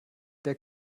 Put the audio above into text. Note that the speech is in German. der